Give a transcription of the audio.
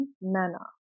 manner